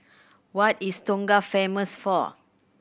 what is Tonga famous for